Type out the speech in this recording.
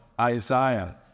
Isaiah